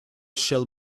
shall